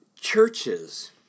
churches